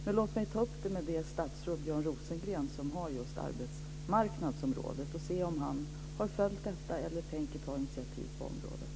Men låt mig ta upp det med det statsråd - Björn Rosengren - som har just arbetsmarknadsområdet och se om han har följt detta eller tänker ta intitiativ på området.